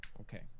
Okay